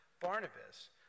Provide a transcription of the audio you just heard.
Barnabas